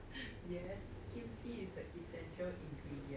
yes kimchi is a essential ingredient